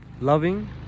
loving